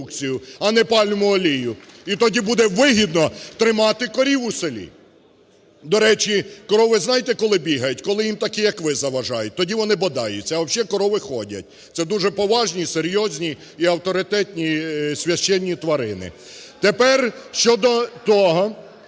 а не пальмову олію, і тоді буде вигідно тримати корів у селі. До речі, корови знаєте, коли бігають? Коли їм такі, як ви заважають, тоді вони бодаються. А взагалі корови ходять. Це дуже поважні, серйозні і авторитетні священні тварини. Тепер щодо того,